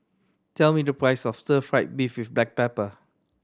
tell me the price of Stir Fry beef with black pepper